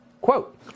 Quote